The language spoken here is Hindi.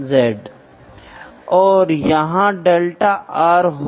यह विधि बहुत सटीक नहीं है क्योंकि यह निर्णय लेने में मानव असंवेदनशीलता पर निर्भर करता है